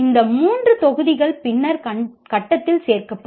இந்த 3 தொகுதிகள் பின்னர் கட்டத்தில் சேர்க்கப்படும்